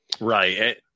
Right